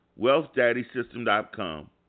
Wealthdaddysystem.com